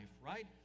right